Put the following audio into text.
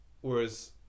whereas